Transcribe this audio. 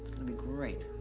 gonna be great.